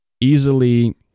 easily